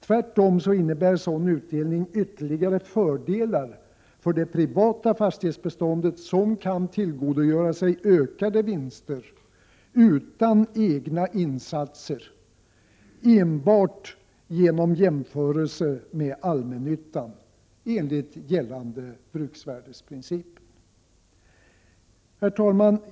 Tvärtom innebär en sådan utdelning ytterligare fördelar för det privata fastighetsbeståndet, som kan tillgodogöra sig ökade vinster utan egna insatser enbart genom jämförelser med allmännyttan enligt bruksvärdesprincipen. Herr talman!